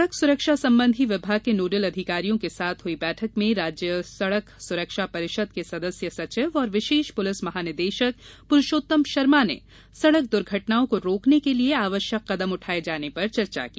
सड़क सुरक्षा संबंधी विभाग के नोडल अधिकारियों के साथ हुई बैठक में राज्य सड़क सुरक्षा परिषद के सदस्य सचिव और विशेष पुलिस महानिदेशक पुरुषोत्तम शर्मा ने सड़क दुर्घटनाओं को रोकने के लिए आवश्यक कदम उठाए जाने पर चर्चा की